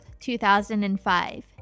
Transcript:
2005